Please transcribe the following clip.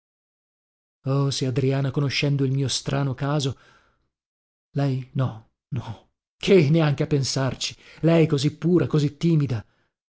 oh se adriana conoscendo il mio strano caso lei no no che neanche a pensarci lei così pura così timida